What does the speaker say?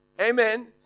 amen